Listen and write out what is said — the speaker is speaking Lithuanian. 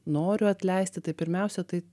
noriu atleisti tai pirmiausia tai